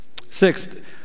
Sixth